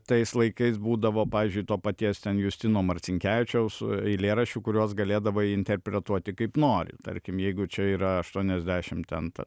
tais laikais būdavo pavyzdžiui to paties ten justino marcinkevičiaus eilėraščių kuriuos galėdavai interpretuoti kaip nori tarkim jeigu čia yra aštuoniasdešimt ten ta